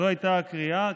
זו הייתה הקריאה.